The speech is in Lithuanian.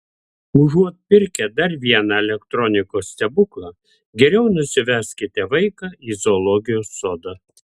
užuot pirkę dar vieną elektronikos stebuklą geriau nusiveskite vaiką į zoologijos sodą